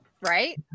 right